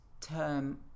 term